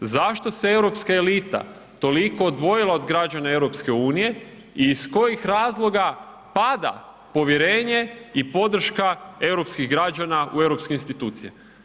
Zašto se europska elita toliko odvojila od građana EU-a i iz kojih razloga pada povjerenje i podrška europskih građana u europske institucije?